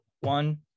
One